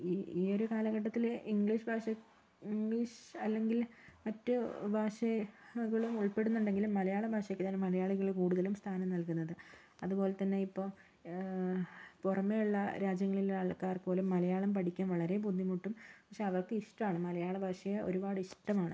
ഈ ഒരു കാലഘട്ടത്തില് ഇംഗ്ലീഷ് ഭാഷ ഇംഗ്ലീഷ് അല്ലെങ്കിൽ മറ്റ് ഭാഷകളും ഉൾപ്പെടുന്നുണ്ടെങ്കിലും മലയാള ഭാഷക്കാണ് മലയാളികള് കൂടുതലും സ്ഥാനം നൽകുന്നത് അത്പോലെ തന്നെ ഇപ്പോൾ പുറമെ ഒള്ള രാജ്യങ്ങളിലുള്ള ആൾക്കാർ പോലും മലയാളം പഠിക്കാൻ വളരെ ബുദ്ധിമുട്ടും പക്ഷെ അവർക്ക് ഇഷ്ട്ടാണ് മലയാള ഭാഷയെ ഒരുപാട് ഇഷ്ട്ടമാണ്